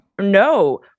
No